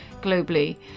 globally